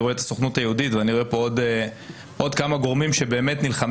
אני רואה את הסוכנות היהודית ועוד כמה גורמים שנלחמים